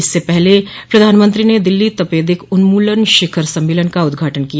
इससे पहले प्रधानमंत्री ने दिल्ली तपेदिक उन्मूलन शिखर सम्मेलन का उद्घाटन किया